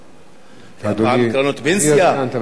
אדוני, אתה בוודאי יודע, והיו פעם קרנות פנסיה.